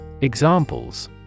Examples